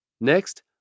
Next